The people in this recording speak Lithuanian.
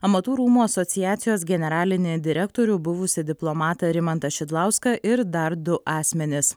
amatų rūmų asociacijos generalinį direktorių buvusį diplomatą rimantą šidlauską ir dar du asmenis